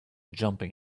jumping